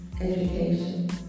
education